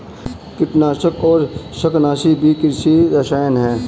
कीटनाशक और शाकनाशी भी कृषि रसायन हैं